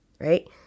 right